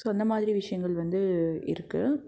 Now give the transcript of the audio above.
so அந்த மாதிரி விஷயங்கள் வந்து இருக்கும்